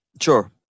sure